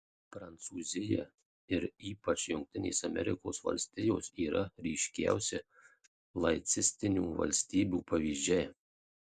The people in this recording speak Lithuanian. prancūzija ir ypač jungtinės amerikos valstijos yra ryškiausi laicistinių valstybių pavyzdžiai